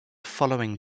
following